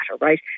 right